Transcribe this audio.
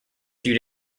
few